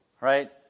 right